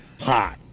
hot